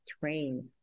train